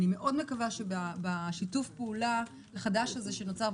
אני מקווה מאוד שבשיתוף הפעולה החדש הזה שנוצר,